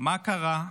מה קרה?